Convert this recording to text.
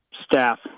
staff